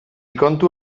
kontu